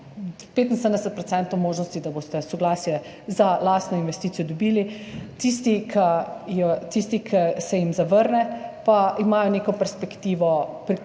75 % možnosti, da boste soglasje za lastno investicijo dobili. Tisti, ki se jim zavrne, pa imajo neko perspektivo,